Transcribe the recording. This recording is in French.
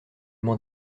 m’en